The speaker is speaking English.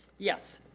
yes.